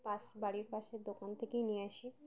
পাশ বাড়ির পাশের দোকান থেকেই নিয়ে আসি